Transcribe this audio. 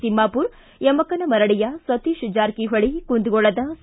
ತಿಮ್ನಾಪುರ್ ಯಮಕನಮರಡಿಯ ಸತೀಶ್ ಜಾರಕಿಹೊಳಿ ಕುಂದಗೋಳದ ಸಿ